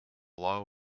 law